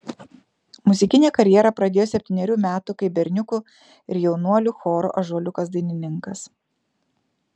muzikinę karjerą pradėjo septynerių metų kaip berniukų ir jaunuolių choro ąžuoliukas dainininkas